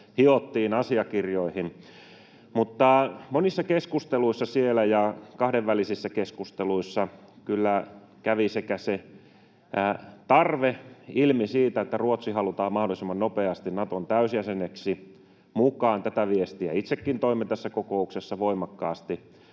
hiottiin asiakirjoihin. Mutta monissa keskusteluissa ja kahdenvälisissä keskusteluissa siellä kyllä kävi se tarve ilmi siitä, että Ruotsi halutaan mahdollisimman nopeasti Naton täysjäseneksi mukaan — tätä viestiä itsekin toimme tässä kokouksessa voimakkaasti